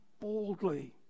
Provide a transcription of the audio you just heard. boldly